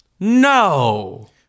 no